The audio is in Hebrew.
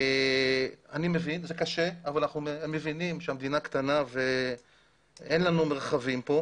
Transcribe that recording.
זה קשה אבל אנחנו מבינים שהמדינה קטנה ואין לנו מרחבים כאן,